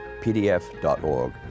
pdf.org